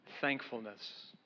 thankfulness